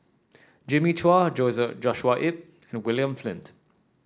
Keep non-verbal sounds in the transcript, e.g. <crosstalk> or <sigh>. Jimmy Chua <unintelligible> Joshua Ip and William Flint